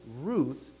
Ruth